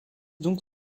donc